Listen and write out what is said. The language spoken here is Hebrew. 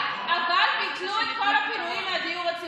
אבל ביטלו את כל הפינויים מהדיור הציבורי.